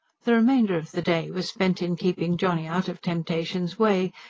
the remainder of the day was spent in keeping johnny out of temptation's way,